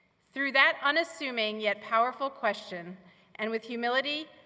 through that unassuming yet powerful question and with humility,